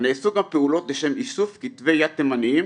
'נעשו גם פעולות לשם איסוף כתבי יד תימניים